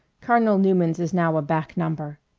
cardinal newman's is now a back number.